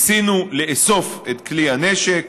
ניסינו לאסוף את כלי הנשק,